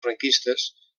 franquistes